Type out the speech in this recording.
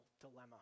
dilemma